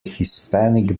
hispanic